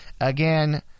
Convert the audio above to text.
Again